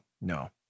no